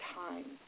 time